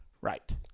Right